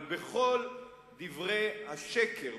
אבל בכל דברי השקר,